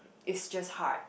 is just hard